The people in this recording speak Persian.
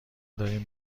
داریم